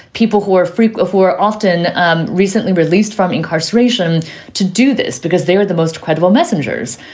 people who are free before, often um recently released from incarceration to do this because they are the most credible messengers.